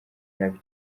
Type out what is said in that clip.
nabi